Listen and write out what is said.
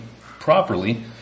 properly